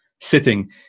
sitting